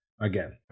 again